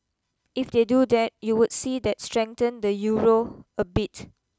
if they do that you would see that strengthen the Euro a bit